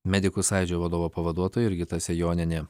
medikų sąjūdžio vadovo pavaduotoja jurgita sejonienė